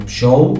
show